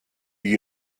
you